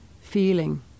feeling